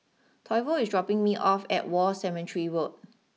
Toivo is dropping me off at War Cemetery Road